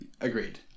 Agreed